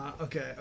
Okay